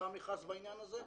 פורסם מכרז בעניין הזה.